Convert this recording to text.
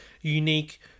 unique